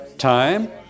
Time